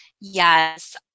Yes